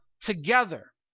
together